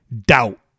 doubt